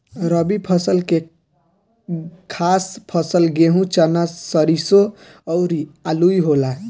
रबी फसल के खास फसल गेहूं, चना, सरिसो अउरू आलुइ होला